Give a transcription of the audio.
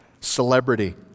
celebrity